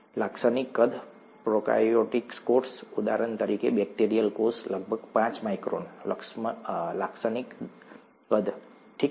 લાક્ષણિક કદ પ્રોકાર્યોટિક કોષ ઉદાહરણ તરીકે બેક્ટેરિયલ કોષ લગભગ પાંચ માઇક્રોન લાક્ષણિક કદ ઠીક છે